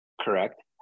correct